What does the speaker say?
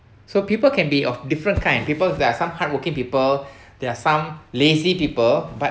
so people can be of different kind of people there are some hardworking people there are some lazy people but